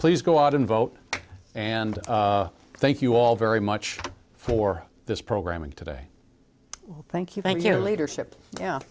please go out and vote and thank you all very much for this program and today thank you thank you lea